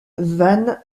van